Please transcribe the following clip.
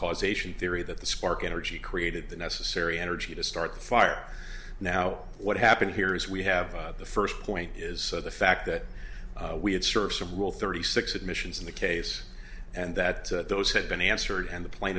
causation theory that the spark energy created the necessary energy to start the fire now what happened here is we have the first point is the fact that we had service of rule thirty six admissions in the case and that those had been answered and the plane